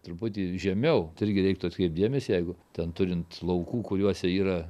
truputį žemiau tai irgi reiktų atkreipt dėmesį jeigu ten turint laukų kuriuose yra